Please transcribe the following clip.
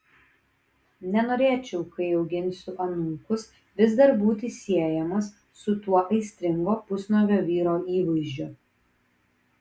nenorėčiau kai auginsiu anūkus vis dar būti siejamas su tuo aistringo pusnuogio vyro įvaizdžiu